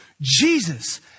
Jesus